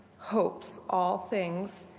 hope to all things,